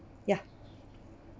ya